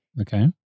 Okay